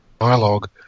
dialogue